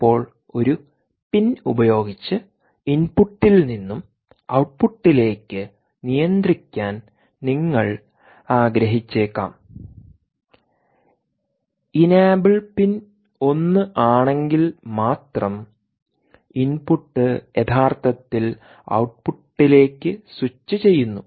ചിലപ്പോൾ ഒരു പിൻ ഉപയോഗിച്ച് ഇൻപുട്ടിൽ നിന്നും ഔട്ട്പുട്ടിലേക്ക് നിയന്ത്രിക്കാൻ നിങ്ങൾ ആഗ്രഹിച്ചേക്കാം എനാബിൾ പിൻ ഒന്നാണെങ്കിൽ മാത്രം ഇൻപുട്ട് യഥാർത്ഥത്തിൽ ഔട്ട്പുട്ടിലേക്ക് സ്വിച്ച് ചെയ്യുന്നു